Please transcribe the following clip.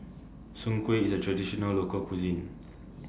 Soon Kueh IS A Traditional Local Cuisine